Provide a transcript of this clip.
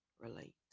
relate